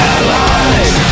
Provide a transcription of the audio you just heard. Allies